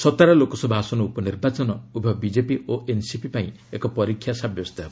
ସତାରା ଲୋକସଭା ଆସନ ଉପନିର୍ବାଚନ ଉଭୟ ବିଜେପି ଓ ଏନ୍ସିପି ପାଇଁ ଏକ ପରୀକ୍ଷା ସାବ୍ୟସ୍ତ ହେବ